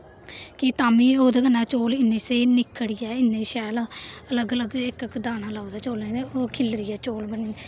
कि तां बीओह्दे कन्नै चौल इन्ने स्हेई निखड़ियै इन्ने शैल लग्ग लग्ग इक इक दाना लभदा चौलें दे ओह् खिल्लरियै चौल बनी जंदे